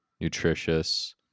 nutritious